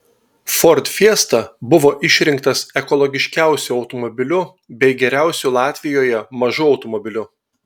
ford fiesta buvo išrinktas ekologiškiausiu automobiliu bei geriausiu latvijoje mažu automobiliu